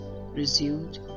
resumed